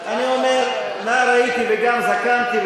אני אומר: נער הייתי וגם זקנתי,